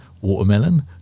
watermelon